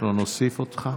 אנחנו נוסיף אותך.